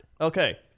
Okay